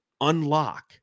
unlock